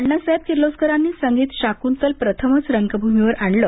अण्णासाहेब किर्लोस्करांनी संगीत शाकृंतल प्रथमच रंगभूमीवर आणले